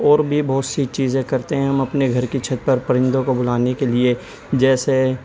اور بھی بہت سی چیزیں کرتے ہیں ہم اپنے گھر کی چھت پر پرندوں کو بلانے کے لیے جیسے